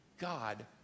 God